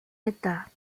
état